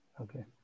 Okay